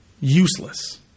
useless